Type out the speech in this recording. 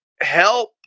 help